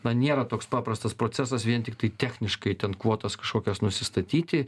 na nėra toks paprastas procesas vien tiktai techniškai ten kvotas kažkokias nusistatyti